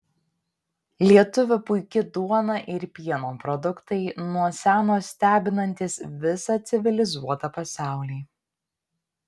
lietuvių puiki duona ir pieno produktai nuo seno stebinantys visą civilizuotą pasaulį